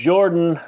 Jordan